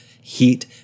heat